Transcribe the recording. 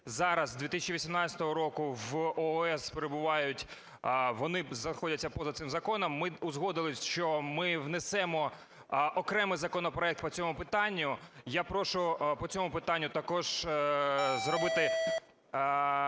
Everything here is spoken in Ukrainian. зараз з 2018 року в ООС перебувають, вони знаходяться поза цим законом. Ми узгодили, що ми внесемо окремий законопроект по цьому питанню. Я прошу по цьому питанню також зробити